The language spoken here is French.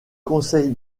conseil